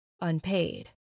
unpaid